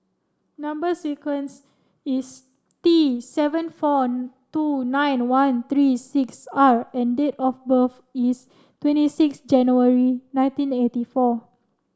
number sequence is T seven four two nine one three six R and date of birth is twenty six January nineteen eighty four